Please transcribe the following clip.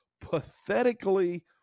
pathetically